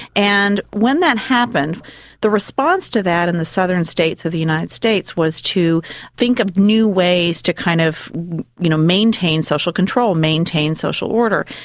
and when that happened the response to that in the southern states of the united states was to think of new ways to kind of you know maintain social control, maintain social order.